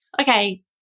okay